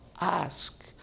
ask